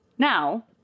Now